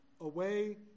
away